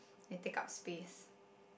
and take up space